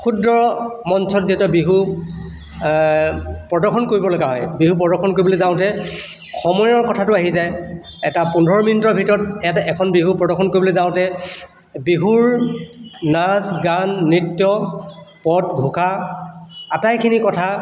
ক্ষুদ্ৰ মঞ্চত যিহেতু বিহু প্ৰদৰ্শন কৰিব লগা হয় বিহু প্ৰদৰ্শন কৰিবলৈ যাওঁতে সময়ৰ কথাটো আহি যায় এটা পোন্ধৰ মিনিটৰ ভিতৰত এ এখন বিহু প্ৰদৰ্শন কৰিবলৈ যাওঁতে বিহুৰ নাচ গান নৃত্য পদ ঘোষা আটাইখিনি কথা